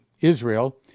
Israel